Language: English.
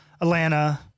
Atlanta